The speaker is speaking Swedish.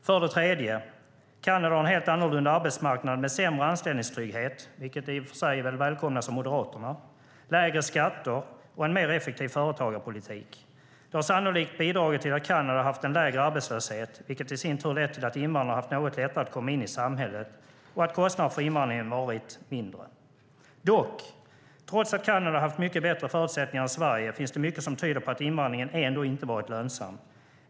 För det tredje har Kanada en helt annorlunda arbetsmarknad med sämre anställningstrygghet, vilket väl i och för sig välkomnas av Moderaterna, lägre skatter och en mer effektiv företagarpolitik. Det har sannolikt bidragit till att Kanada har haft en lägre arbetslöshet, vilket i sin tur har lett till att invandrare har haft något lättare att komma in i samhället och att kostnaden för invandringen varit mindre. Trots att Kanada har haft mycket bättre förutsättningar än Sverige finns det dock mycket som tyder på att invandringen ändå inte varit lönsam.